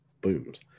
booms